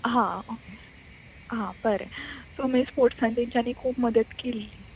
हां ओके हां बरें सो आमी स्पोर्ट्सान तेंच्यांनी खूब मदत केल्ली